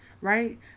right